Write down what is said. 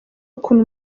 ukuntu